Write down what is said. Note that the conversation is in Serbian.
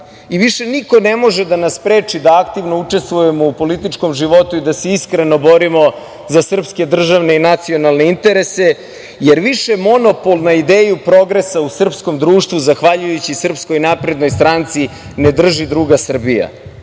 Više niko ne može da nas spreči da aktivno učestvujemo u političkom životu i da se iskreno borimo za srpske nacionalne i državne interese jer više monopol na ideju progresa u srpskom društvu zahvaljujući SNS ne drži druga Srbija.